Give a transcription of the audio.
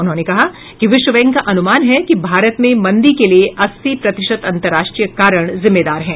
उन्होंने कहा कि विश्व बैंक का अनुमान है कि भारत में मंदी के लिए अस्सी प्रतिशत अंतर्राष्ट्रीय कारण जिम्मेदार हैं